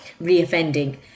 re-offending